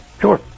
Sure